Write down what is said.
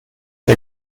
der